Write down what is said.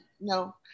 no